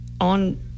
on